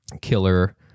killer